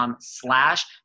slash